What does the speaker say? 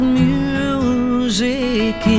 music